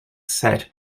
set